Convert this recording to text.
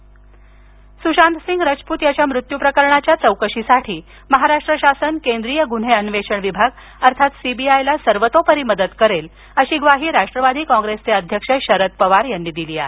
सशांत सिंग राजपत मृत्यू प्रकरण सुशांत सिंग राजपूत याच्या मृत्यू प्रकरणाच्या चौकशीसाठी महाराष्ट्र शासन केंद्रीय गुन्हे अन्वेषण विभाग अर्थात सीबीआयला सर्व ती मदत करेल अशी ग्वाही राष्ट्रवादी कॉग्रेसचे अध्यक्ष शरद पवार यांनी दिली आहे